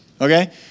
okay